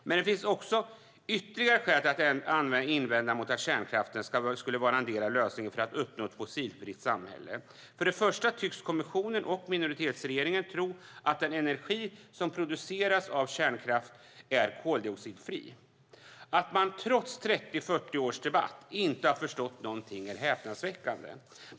Men det finns också ytterligare skäl att invända mot att kärnkraften skulle vara en del av lösningen för att uppnå ett fossilfritt samhälle. För det första tycks kommissionen och minoritetsregeringen tro att den energi som produceras av kärnkraft är koldioxidfri. Det är häpnadsväckande att man trots 30-40 års debatt inte har förstått någonting.